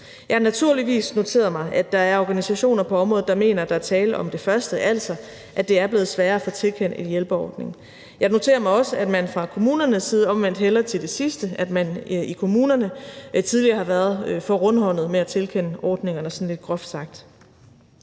Jeg har naturligvis noteret mig, at der er organisationer på området, der mener, at der er tale om det første, altså at det er blevet sværere at få tilkendt en hjælpeordning. Jeg noterer mig også, at man fra kommunernes side omvendt hælder til det sidste, nemlig at man i kommunerne tidligere har været for rundhåndet med at tilkende ordningerne, sådan lidt groft sagt.